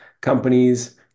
companies